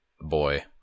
Boy